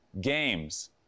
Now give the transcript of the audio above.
games